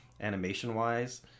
animation-wise